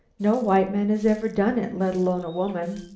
no white man has ever done it, let alone a woman.